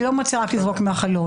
אני לא מציעה רק לזרוק מהחלון.